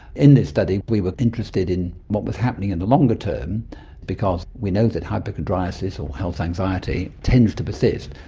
in this study we were interested in what was happening in the longer term because we know that hypochondriasis or health anxiety tends to persist.